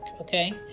okay